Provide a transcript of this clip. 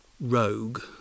rogue